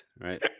right